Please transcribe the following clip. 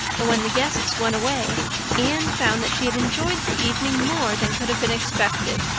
and when the guests went away anne found that she had enjoyed the evening more than could have been expected,